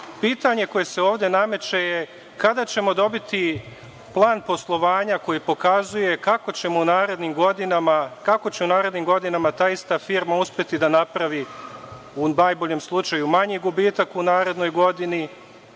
koje se ovde nameće je – kada ćemo dobiti plan poslovanja koji pokazuje kako će u narednim godinama ta ista firma uspeti da napravi u najboljem slučaju manji gubitak u narednoj godini,